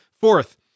Fourth